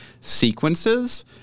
sequences